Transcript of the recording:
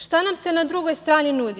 Šta nam se na drugoj strani nudi?